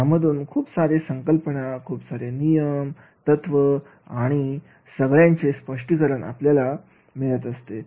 यामधून खूप सारे संकल्पना खूप सारे नियमतत्वे या सगळ्यांचे स्पष्टीकरण करीत असतो